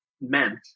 meant